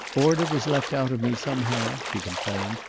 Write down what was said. order was left out of me, somehow, she complained.